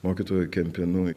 mokytoju kempinu